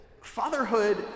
Fatherhood